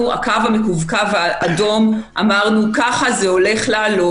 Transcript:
לפי הקו המקווקו האדום אמרנו, ככה זה הולך לעלות.